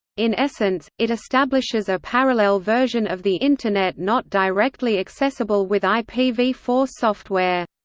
in essence, it establishes a parallel version of the internet not directly accessible with i p v four software.